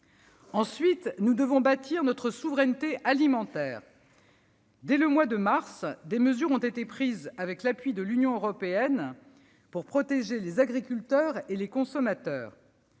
ensuite bâtir notre souveraineté alimentaire. Dès le mois de mars, des mesures ont été prises avec l'appui de l'Union européenne pour protéger les agriculteurs et les consommateurs.